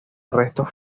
restos